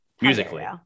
musically